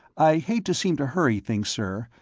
i hate to seem to hurry things, sir,